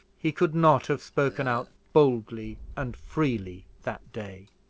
he could not have spoken out boldly and freely that day.